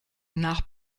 nach